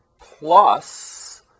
plus